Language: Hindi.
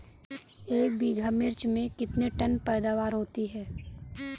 एक बीघा मिर्च में कितने टन पैदावार होती है?